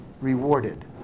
rewarded